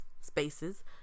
spaces